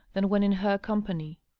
than when in her company.